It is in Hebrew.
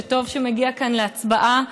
שטוב שמגיע כאן להצבעה.